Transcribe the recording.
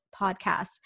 podcasts